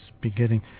beginning